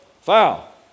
foul